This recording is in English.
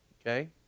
Okay